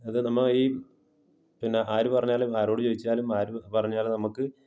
അത് നമ്മൾ ഈ പിന്നെ ആര് പറഞ്ഞാലും ആരോട് ചോദിച്ചാലും ആര് പറഞ്ഞാലും നമുക്ക്